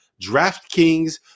DraftKings